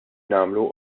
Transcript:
nagħmlu